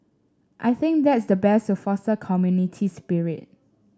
I think that's the best to foster community spirit